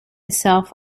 itself